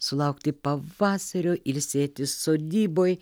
sulaukti pavasario ilsėtis sodyboj